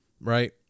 Right